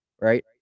right